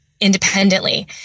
independently